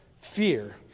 fear